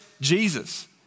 Jesus